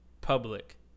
public